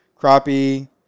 crappie